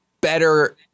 better